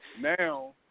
now